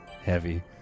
heavy